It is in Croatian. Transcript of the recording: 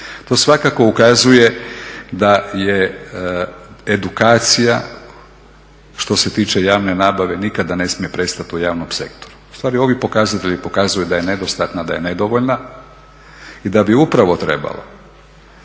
To svakako ukazuje da je edukacija što se tiče javne nabave nikada ne smije prestati u javnom sektoru. Ustvari ovi pokazatelji pokazuju da je nedostatna, da je nedovoljna i da bi upravo trebalo